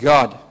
God